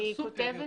נכון.